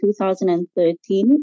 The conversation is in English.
2013